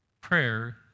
Prayer